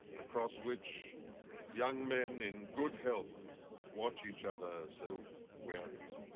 across which young men in good health watch each other so warily.